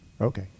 Okay